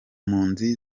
mpunzi